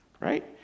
right